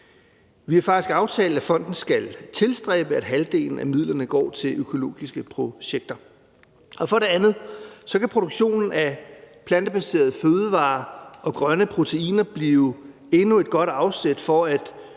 Vi har faktisk aftalt, at fonden skal tilstræbe, at halvdelen af midlerne går til økologiske projekter. For det andet kan produktionen af plantebaserede fødevarer og grønne proteiner blive endnu et godt afsæt for at